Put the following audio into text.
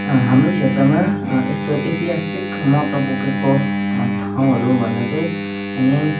हाम्रो क्षेत्रमा यस्तो ऐतिहासिक महत्त्व बोकेको ठाउँहरू भनेको यहीँ